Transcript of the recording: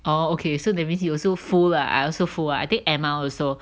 orh okay so that means you also full lah I also full lah I think Emma also